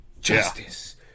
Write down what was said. Justice